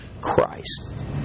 Christ